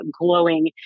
glowing